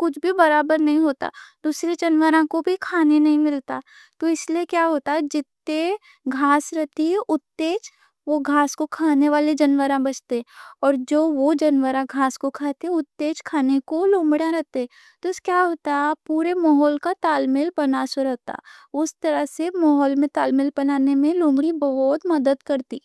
کچھ بھی برابر نہیں ہوتا؛ دوسرے جانوراں کوں بھی کھانے نہیں ملتا۔ تو اس لئے کیا ہوتا؟ جتّے گھانس رہتی اُتّیج وہ گھانس کوں کھانے والے جانوراں بچتے، اور جو وہ جانوراں گھانس کوں کھاتے، اُتّیج کھانے کوں لومڑا رہتا تو اس سے کیا ہوتا؟ پورے ماحول کا تال میل بنا رہتا۔ اس طرح سے ماحول میں تال میل بنانے میں لونگری بہت مدد کرتی۔